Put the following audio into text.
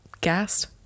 gassed